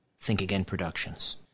thinkagainproductions